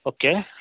okay